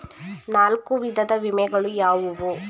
ನಾಲ್ಕು ವಿಧದ ವಿಮೆಗಳು ಯಾವುವು?